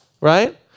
Right